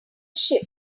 ship